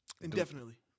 Indefinitely